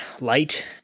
light